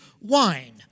wine